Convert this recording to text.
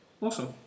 Awesome